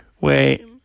Wait